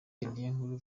niyonkuru